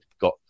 got